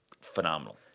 phenomenal